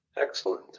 Excellent